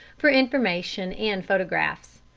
for information and photographs.